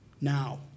Now